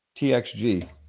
TXG